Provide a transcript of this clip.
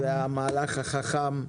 המהלך החכם,